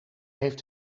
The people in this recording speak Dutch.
heeft